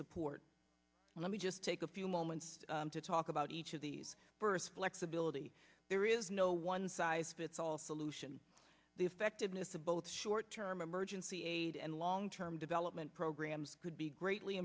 support let me just take a few moments to talk about each of these births flexibility there is no one size fits all solution the effectiveness of both short term emergency aid and long term development programs could be greatly